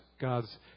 God's